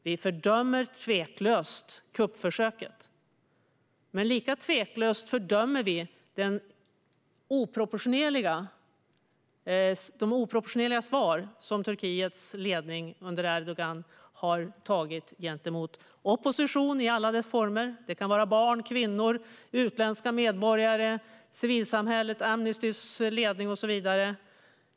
Vi fördömer tveklöst kuppförsöket, men lika tveklöst fördömer vi de oproportionerliga svaren från Turkiets ledning under Erdogan gentemot opposition i alla dess former. Det kan vara barn, kvinnor, utländska medborgare, civilsamhället, Amnestys ledning och så vidare.